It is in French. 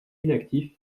inactif